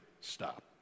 stop